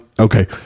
Okay